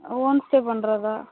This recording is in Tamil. ஹோம் ஸ்டே பண்ணுறதா